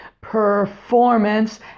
performance